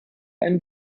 einen